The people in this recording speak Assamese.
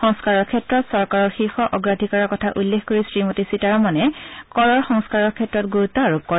সংস্কাৰৰ ক্ষেত্ৰত চৰকাৰৰ শীৰ্ষ অগ্ৰাধিকাৰৰ কথা উল্লেখ কৰি শ্ৰীমতী সীতাৰমনে কৰৰ সংস্কাৰৰ ক্ষেত্ৰত গুৰুত্ব আৰোপ কৰে